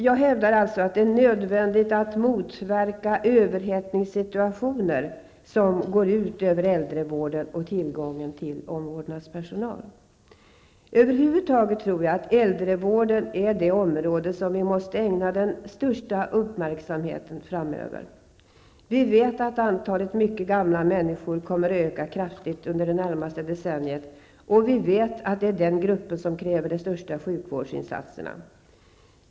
Jag hävdar därför att det är nödvändigt att motverka överhettningssituationer som går ut över framför allt äldrevården och tillgången till omvårdnadspersonal. Över huvud taget tror jag att äldrevården är det område som vi måste ägna den strösta uppmärksamheten åt framöver. Vi vet att antalet mycket gamla människor kommer att öka kraftigt under det närmaste decenniet, och vi vet att det är den gruppen som kräver de största sjukvårdsinsatserna.